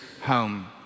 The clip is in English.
home